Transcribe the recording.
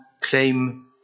claim